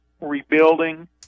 rebuilding